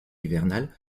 hivernale